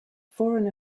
foreign